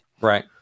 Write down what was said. Right